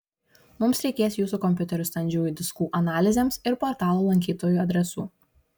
mums reikės jūsų kompiuterių standžiųjų diskų analizėms ir portalo lankytojų adresų